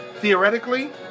Theoretically